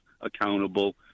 accountable